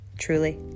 Truly